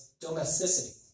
domesticity